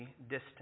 distant